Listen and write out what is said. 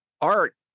art